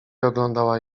oglądała